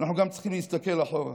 אנחנו גם צריכים להסתכל אחורה,